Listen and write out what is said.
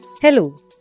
Hello